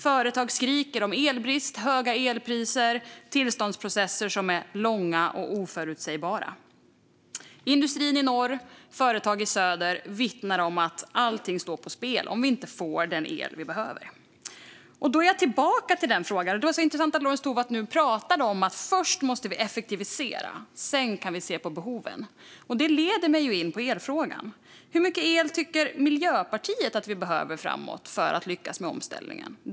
Företag skriker om elbrist, höga elpriser och tillståndsprocesser som är långa och oförutsägbara. Industrin i norr och företag i söder vittnar om att allting står på spel om vi inte får den el vi behöver. Då kommer jag tillbaka till frågan. Det var intressant att Lorentz Tovatt nu pratade om att vi först måste effektivisera och sedan kan se på behoven. Detta leder mig in på elfrågan. Hur mycket el tycker Miljöpartiet att vi behöver framöver för att lyckas med omställningen?